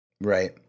Right